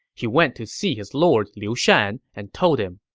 he went to see his lord liu shan and told him,